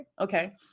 Okay